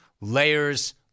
Layers